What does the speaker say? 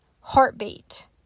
heartbeat